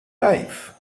life